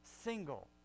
single